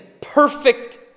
perfect